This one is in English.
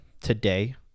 today